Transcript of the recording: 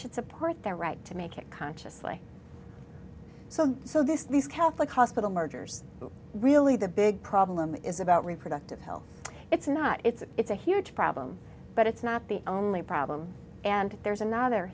should support their right to make it consciously so so this these celtic hospital murders really the big problem is about reproductive health it's not it's a huge problem but it's not the only problem and there's another